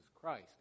Christ